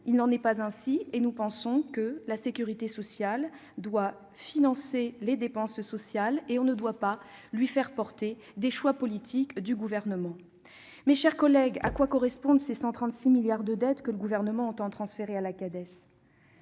nous persistons à penser que la sécurité sociale doit financer les dépenses sociales et qu'on ne doit pas lui faire porter les choix politiques du Gouvernement. Mes chers collègues, à quoi correspondent ces 136 milliards d'euros de dette que le Gouvernement entend transférer à la Cades ?